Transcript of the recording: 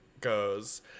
goes